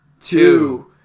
Two